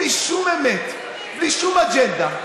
בלי שום אמת, בלי שום אג'נדה.